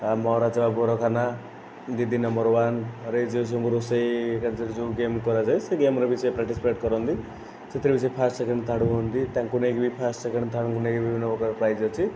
ମହାରାଜା ଅଭଡଖାନା ଦିଦି number one ରେ ଯେଉଁ ସବୁ ରୋଷେଇ କାର୍ଯ୍ୟ ଯେଉଁ ଗେମ କରାଯାଏ ସେ ଗେମ ରେ ବି ସେ ପାର୍ଟିସିପେଟ କରନ୍ତି ସେଥିରେ ବି ସେ ଫାଷ୍ଟ ସେକେଣ୍ଡ ଥାର୍ଡ଼ ହୁଅନ୍ତି ତାଙ୍କୁ ନେଇକି ଫାଷ୍ଟ ସେକେଣ୍ଡ ଥାର୍ଡ଼ କୁ ନେଇକି ଭି ବିଭିନ୍ନ ପ୍ରକାର ପ୍ରାଇଜ ଅଛି